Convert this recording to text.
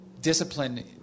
discipline